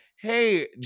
hey